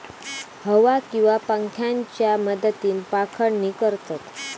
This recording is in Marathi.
हवा किंवा पंख्याच्या मदतीन पाखडणी करतत